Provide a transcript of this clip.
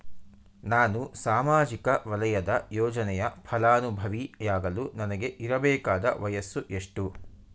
ನಾನು ಸಾಮಾಜಿಕ ವಲಯದ ಯೋಜನೆಯ ಫಲಾನುಭವಿ ಯಾಗಲು ನನಗೆ ಇರಬೇಕಾದ ವಯಸ್ಸು ಎಷ್ಟು?